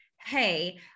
Hey